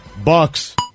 Bucks